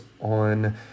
on